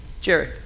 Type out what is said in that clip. Jerry